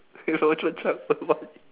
if a woodchuck chuck